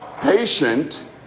patient